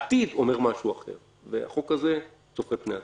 העתיד אומר משהו אחר והחוק הזה צופה פני עתיד.